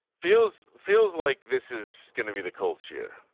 feels, feels like this is going to be the colts here.